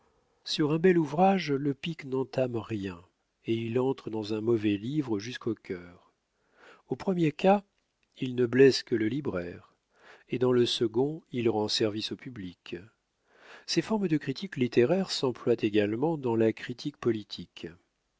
sur un bel ouvrage le pic n'entame rien et il entre dans un mauvais livre jusqu'au cœur au premier cas il ne blesse que le libraire et dans le second il rend service au public ces formes de critique littéraire s'emploient également dans la critique politique